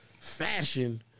fashion